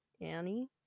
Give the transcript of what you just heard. Annie